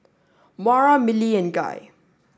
Moira Milly and Guy